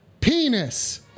Penis